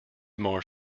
more